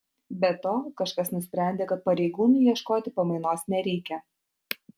be to kažkas nusprendė kad pareigūnui ieškoti pamainos nereikia